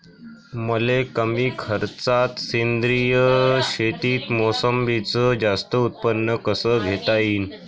मले कमी खर्चात सेंद्रीय शेतीत मोसंबीचं जास्त उत्पन्न कस घेता येईन?